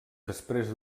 després